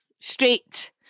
straight